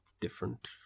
different